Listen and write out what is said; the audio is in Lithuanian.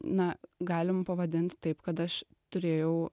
na galim pavadint taip kad aš turėjau